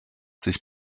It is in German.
sich